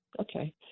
okay